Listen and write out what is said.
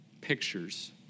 pictures